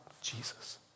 Jesus